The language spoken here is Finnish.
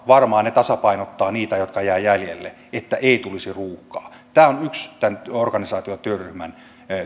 varmaan tasapainottavat niitä jotka jäävät jäljelle että ei tulisi ruuhkaa on yksi tämän organisaatiotyöryhmän